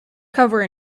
cover